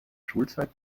schulzeit